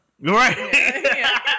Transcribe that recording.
Right